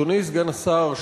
אדוני סגן השר,